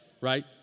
Right